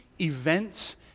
events